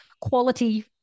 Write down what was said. quality